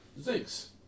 Thanks